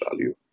value